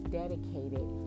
dedicated